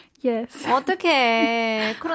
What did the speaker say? Yes